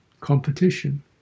Competition